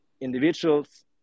individuals